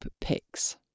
Picks